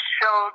show